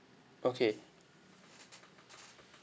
okay